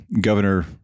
Governor